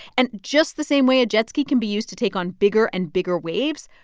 and just the same way a jet ski can be used to take on bigger and bigger waves,